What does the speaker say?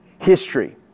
history